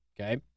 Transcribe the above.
Okay